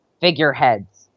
figureheads